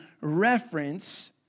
reference